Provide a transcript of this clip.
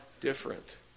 different